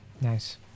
Nice